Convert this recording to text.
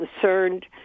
concerned